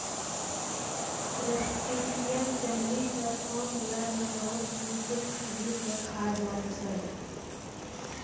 crustacean चमड़ी सें सांस लै में बहुत सिनी सूक्ष्म जीव के खाय जाय छै